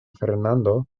fernando